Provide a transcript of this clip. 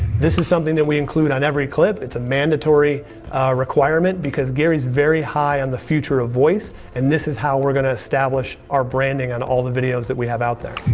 this is something that we include on every clip, it's a mandatory requirement because gary's very high on the future of voice, and this is how we're gonna establish our branding on all the videos that we have out there.